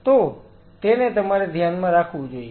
તો તેને તમારે ધ્યાનમાં રાખવું જોઈએ